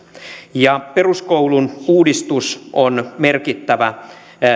peruskoulun uudistus on merkittävä